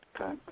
Okay